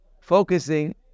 focusing